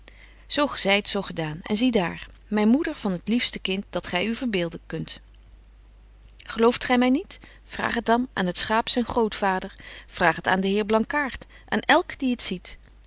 gezeit zo gedaan en zie daar my moeder van het liefste kind dat gy u verbeelden kunt gelooft gy my niet vraag het dan aan het schaap zyn grootvader vraag het aan den heer blankaart aan elk die het ziet